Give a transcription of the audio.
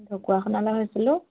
ঢকুৱাখনালৈ হৈছিলে